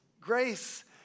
Grace